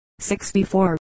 64